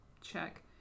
check